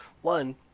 One